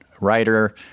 writer